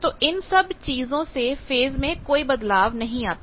तो इन सब चीजों से फेज़ मैं कोई बदलाव नहीं आता